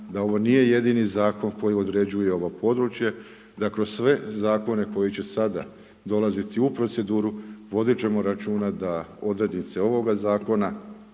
da ovo nije jedini zakon koji određuje ovo područje, da kroz sve zakone koji će sada dolazit u proceduru vodit ćemo računa da odrednice ovoga zakona